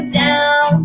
down